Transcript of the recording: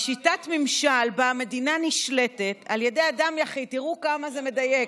היא "שיטת ממשל שבה המדינה נשלטת על ידי אדם יחיד" תראו כמה זה מדייק,